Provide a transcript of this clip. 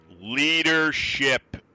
Leadership